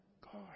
God